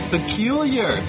Peculiar